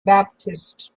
baptist